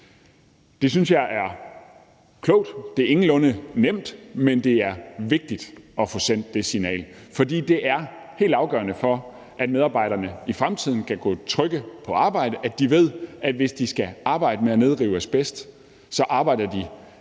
Det synes jeg er klogt. Det er ingenlunde nemt, men det er vigtigt at få sendt det signal, fordi det er helt afgørende, for at medarbejderne i fremtiden kan gå trygge på arbejde, at de ved, at hvis de skal arbejde med at nedrive asbest, så arbejder de